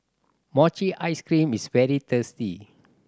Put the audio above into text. mochi ice cream is very tasty